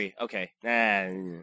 okay